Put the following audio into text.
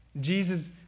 Jesus